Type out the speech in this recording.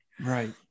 Right